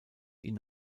ihn